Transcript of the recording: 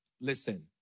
Listen